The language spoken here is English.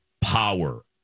power